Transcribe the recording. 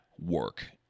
work